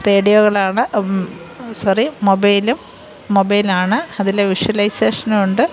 റേഡിയോകളാണ് sorry മൊബൈലും mobile ആണ് അതിൽ വിഷ്വലൈസേഷനൂണ്ട്